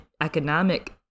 economic